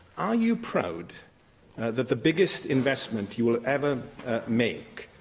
are you proud that the biggest investment you will ever make,